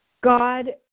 God